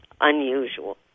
Unusual